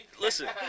Listen